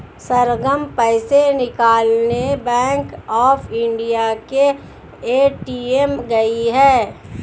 सरगम पैसे निकालने bank of India के ए.टी.एम गई है